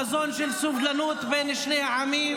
חזון של סובלנות בין שני העמים,